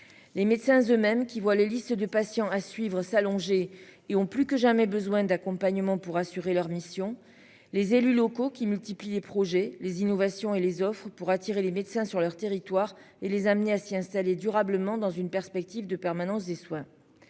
Les médecins eux-mêmes qui voient les listes de patients à suivre, s'allonger et ont plus que jamais besoin d'accompagnement pour assurer leur mission. Les élus locaux qui multiplie projets les innovations et les offres pour attirer les médecins sur leur territoire et les amener à s'y installer durablement dans une perspective de permanence des soins.